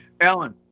Alan